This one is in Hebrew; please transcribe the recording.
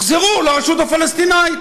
יחזרו לרשות הפלסטינית,